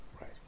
right